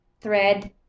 thread